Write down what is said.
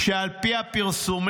שעל פי הפרסומים,